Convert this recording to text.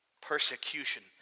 Persecution